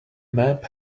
map